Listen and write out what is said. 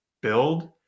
build